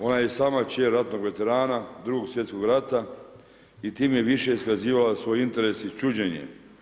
Ona je i sama kćer ratnog veterana Drugog svjetskog rata i time je više iskazivala svoj interes i čuđenje.